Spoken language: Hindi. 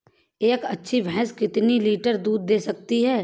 एक अच्छी भैंस कितनी लीटर दूध दे सकती है?